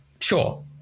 sure